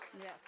Yes